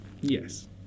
yes